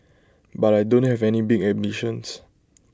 but I don't have any big ambitions